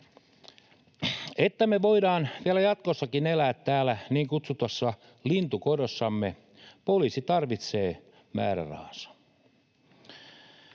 Jotta me voidaan vielä jatkossakin elää täällä niin kutsutussa lintukodossamme, poliisi tarvitsee määrärahansa.